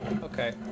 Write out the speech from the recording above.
Okay